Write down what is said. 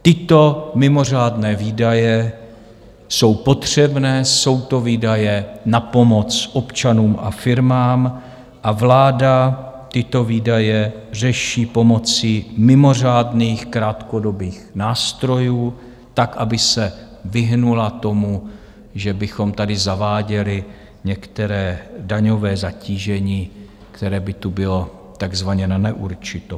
Tyto mimořádné výdaje jsou potřebné, jsou to výdaje na pomoc občanům a firmám, a vláda tyto výdaje řeší pomocí mimořádných krátkodobých nástrojů tak, aby se vyhnula tomu, že bychom tady zaváděli některé daňové zatížení, které by tu bylo takzvaně na neurčito.